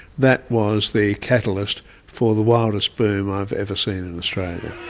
that was the catalyst for the wildest boom i've ever seen in australia.